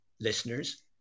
listeners